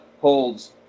holds